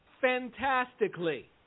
fantastically